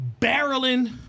barreling